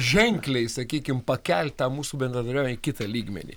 ženkliai sakykim pakelt ta mūsų bendradarbiavimą į kitą lygmenį